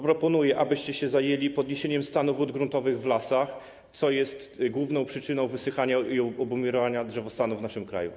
Proponuję, abyście się zajęli podniesieniem stanu wód gruntowych w lasach, co jest główną przyczyną wysychania i obumierania drzewostanu w naszym kraju.